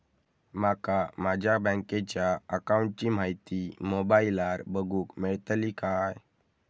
माका माझ्या बँकेच्या अकाऊंटची माहिती मोबाईलार बगुक मेळतली काय?